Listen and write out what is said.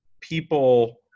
people